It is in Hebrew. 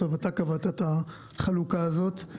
אתה קבעת את החלוקה הזאת.